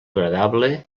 agradable